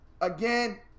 Again